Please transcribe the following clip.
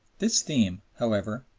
this theme, however,